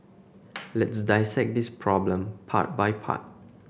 let's dissect this problem part by part